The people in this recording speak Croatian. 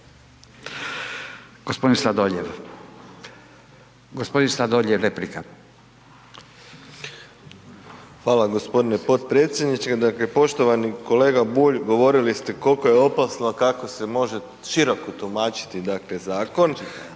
g. Sladoljev replika. **Sladoljev, Marko (MOST)** Fala g. potpredsjedniče. Dakle, poštovani kolega Bulj govorili ste kolko je opasna, kako se može široko tumačiti, dakle